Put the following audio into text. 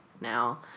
now